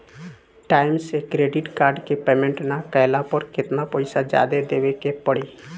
Time से credit card के payment ना कैला पर केतना पईसा जादे देवे के पड़ी?